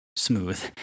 smooth